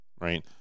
right